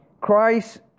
Christ